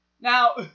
Now